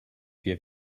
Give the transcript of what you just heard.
wir